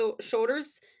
shoulders